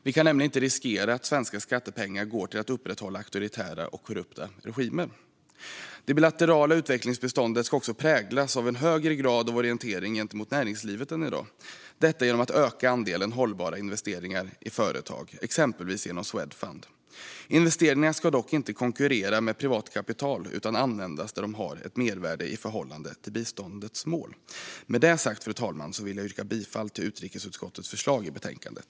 Vi kan nämligen inte riskera att svenska skattepengar går till att upprätthålla auktoritära och korrupta regimer. Det bilaterala utvecklingsbiståndet ska också präglas av en högre grad av orientering gentemot näringslivet än i dag. Detta ska ske genom att andelen hållbara investeringar i företag ökas, exempelvis genom Swedfund. Investeringarna ska dock inte konkurrera med privat kapital utan användas där de har ett mervärde i förhållande till biståndets mål. Med det sagt, fru talman, vill jag yrka bifall till utrikesutskottets förslag i betänkandet.